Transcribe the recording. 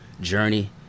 journey